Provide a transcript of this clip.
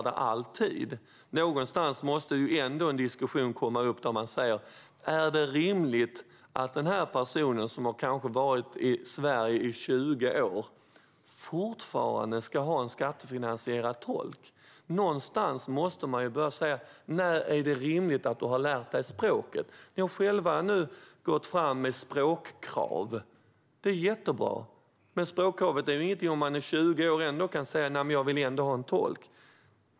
Det måste någon gång föras en diskussion om huruvida det är rimligt att en person som kanske har bott i Sverige i 20 år fortfarande ska ha rätt till skattefinansierad tolk. Någon gång måste vi börja säga när det är rimligt att man ska ha lärt sig språket. Socialdemokraterna har ju själva gått fram med språkkrav nu, vilket är jättebra. Men ett språkkrav betyder inget om man efter 20 år ändå kan säga att man vill ha tolk.